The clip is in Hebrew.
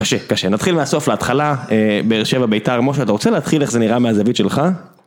קשה, קשה, נתחיל מהסוף להתחלה, באר שבע בית"ר, משה אתה רוצה להתחיל איך זה נראה מהזווית שלך?